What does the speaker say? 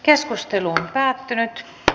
keskustelu päättyi